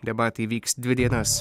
debatai vyks dvi dienas